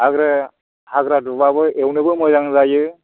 आरो हाग्रा दुब्लाबो एवनोबो मोजां जायो